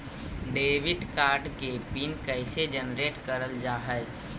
Debit card के PIN कैसे generate करल जाहै?